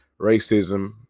racism